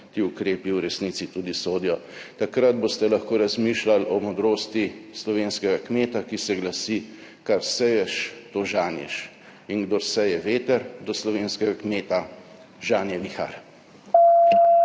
ti ukrepi v resnici tudi sodijo. Takrat boste lahko razmišljali o modrosti slovenskega kmeta, ki se glasi: Kar seješ, to žanješ. In, kdor seje veter, do slovenskega kmeta žanje vihar.